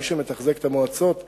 מי שמתחזק את המועצות זה,